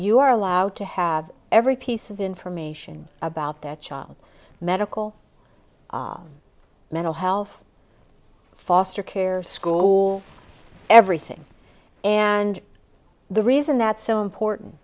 you are allowed to have every piece of information about their child medical mental health foster care school everything and the reason that's so important